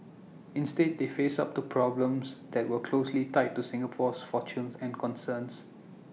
instead they face up to problems that were closely tied to Singapore's fortunes and concerns